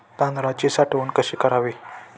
तांदळाची साठवण कशी करावी?